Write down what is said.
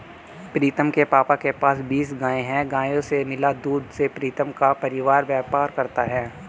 प्रीतम के पापा के पास बीस गाय हैं गायों से मिला दूध से प्रीतम का परिवार व्यापार करता है